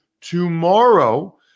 tomorrow